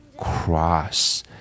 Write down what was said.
cross